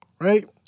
right